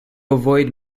avoid